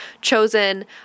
chosen